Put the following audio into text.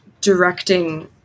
directing